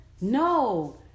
no